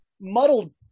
muddled